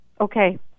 Okay